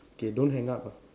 okay don't hang up ah